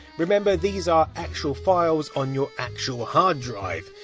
remember, these are actual files, on your actual hard drive.